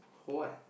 for what